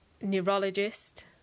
neurologist